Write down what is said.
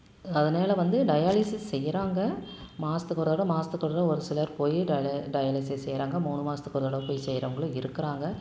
அதனால் வந்து டயாலிசிஸ் செய்கிறாங்க மாதத்துக்கு ஒரு தடவை மாதத்துக்கு ஒரு தடவை ஒரு சிலர் போய் டயாலிசிஸ் செய்கிறாங்க மூணு மாதத்துக்கு ஒரு தடவை போய் செய்கிறவங்களும் இருக்கிறாங்க